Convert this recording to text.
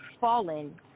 Fallen